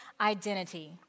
identity